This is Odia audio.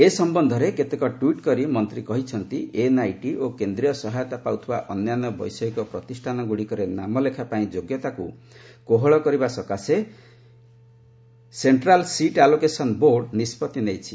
ଏ ସମ୍ବନ୍ଧରେ ଅନେକ ଟ୍ୱିଟ୍ କରି ମନ୍ତ୍ରୀ କହିଛନ୍ତି ଏନ୍ଆଇଟି ଓ କେନ୍ଦ୍ରୀୟ ସହାୟତା ପାଉଥିବା ଅନ୍ୟାନ୍ୟ ବୈଷୟିକ ପ୍ରତିଷ୍ଠାନଗୁଡ଼ିକରେ ନାମ ଲେଖା ପାଇଁ ଯୋଗ୍ୟତାକୁ କୋହଳ କରିବା ସକାଶେ ସେଣ୍ଟ୍ରାଲ୍ ସିଟ୍ ଆଲୋକେଶନ୍ ବୋର୍ଡ୍ ନିଷ୍କଭି ନେଇଛି